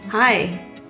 Hi